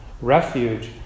refuge